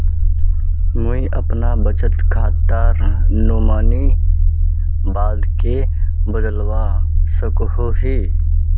मुई अपना बचत खातार नोमानी बाद के बदलवा सकोहो ही?